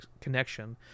connection